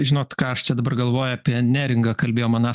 žinot ką aš čia dabar galvoju apie neringą kalbėjom aną